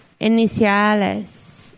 Iniciales